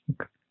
Okay